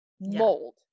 Mold